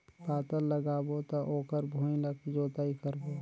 पातल लगाबो त ओकर भुईं ला जोतई करबो?